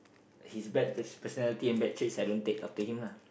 his bad pers~ personality and bad traits I don't take after him lah